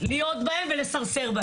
להיות בהן ולסרסר בהן.